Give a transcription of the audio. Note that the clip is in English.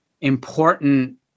important